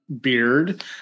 beard